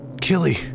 Killy